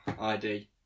ID